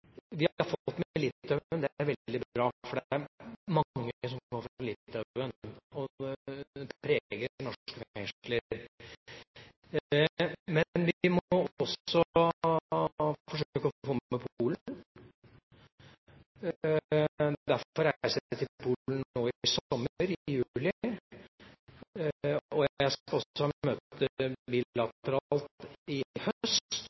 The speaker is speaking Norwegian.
Vi har fått avtale med Litauen. Det er veldig bra, for det er mange som kommer fra Litauen. Det preger norske fengsler. Men vi må også forsøke å få med Polen. Derfor reiser jeg til Polen nå i sommer, i juli. Jeg skal også ha bilateralt møte